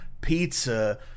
pizza